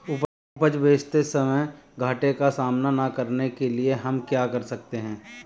उपज बेचते समय घाटे का सामना न करने के लिए हम क्या कर सकते हैं?